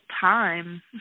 time